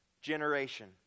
generation